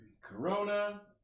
Corona